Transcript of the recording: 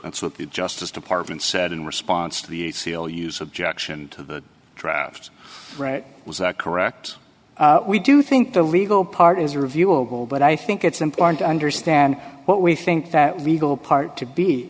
that's what the justice department said in response to the a c l u s objection to the draft right was that correct we do think the legal part is reviewable but i think it's important to understand what we think that legal part to be